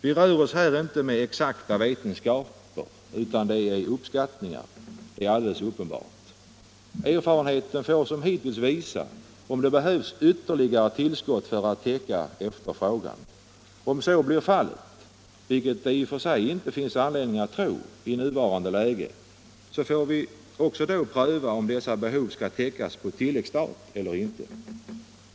Vi rör oss inte här med exakta vetenskaper utan med uppskattningar, det är alldeles uppenbart. Erfarenheten får som hittills visa om det behövs ytterligare tillskott för att täcka efterfrågan. Om så blir fallet, vilket det i och för sig inte finns anledning att tro i nuvarande läge, får vi också då pröva om dessa behov skall täckas på tilläggsstat eller inte.